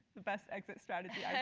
the best exit strategy yeah